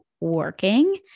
working